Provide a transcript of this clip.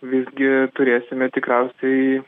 visgi turėsime tikriausiai